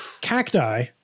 Cacti